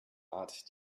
art